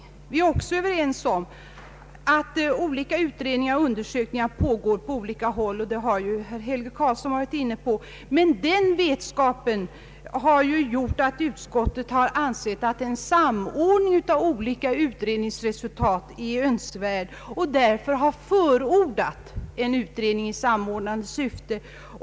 Dessutom är vi överens om att olika utredningar och undersökningar pågår på olika håll, vilket herr Helge Karlsson varit inne på. Men den vetskapen har gjort att utskottet har ansett att en samordning av olika utredningsresultat är önskvärd och därför förordat en utredning i samordnande syfte.